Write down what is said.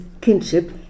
kinship